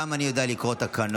גם אני יודע לקרוא תקנון.